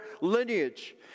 lineage